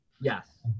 Yes